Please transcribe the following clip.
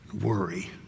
worry